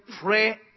pray